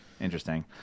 Interesting